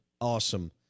awesome